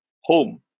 home